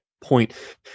point